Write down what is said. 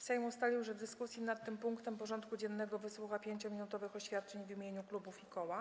Sejm ustalił, że w dyskusji nad tym punktem porządku dziennego wysłucha 5-minutowych oświadczeń w imieniu klubów i koła.